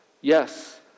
Yes